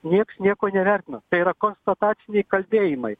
nieks nieko nevertino tai yra konstataciniai kalbėjimai